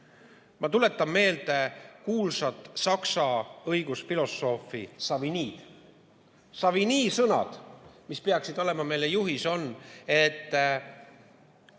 Ma tuletan meelde kuulsat Saksa õigusfilosoofi Savignyd. Savigny sõnad, mis peaksid olema meie juhis, on, et